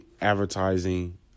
advertising